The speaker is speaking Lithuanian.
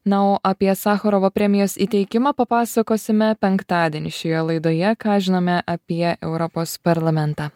na o apie sacharovo premijos įteikimą papasakosime penktadienį šioje laidoje ką žinome apie europos parlamentą